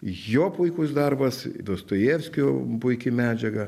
jo puikus darbas dostojevskio puiki medžiaga